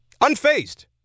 Unfazed